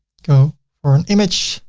go for an image.